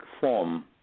form